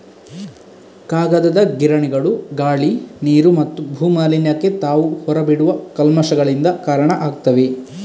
ಕಾಗದದ ಗಿರಣಿಗಳು ಗಾಳಿ, ನೀರು ಮತ್ತು ಭೂ ಮಾಲಿನ್ಯಕ್ಕೆ ತಾವು ಹೊರ ಬಿಡುವ ಕಲ್ಮಶಗಳಿಂದ ಕಾರಣ ಆಗ್ತವೆ